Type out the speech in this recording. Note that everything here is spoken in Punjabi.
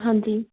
ਹਾਂਜੀ